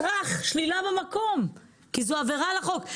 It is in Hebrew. טראח, שלילה במקום, כי זו עבירה על החוק.